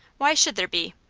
why should there be?